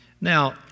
Now